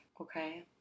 okay